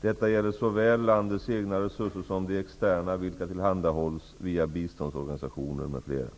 Detta gäller såväl landets egna resurser som de externa, vilka tillhandahålls via biståndsorganisationer m.fl.